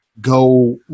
go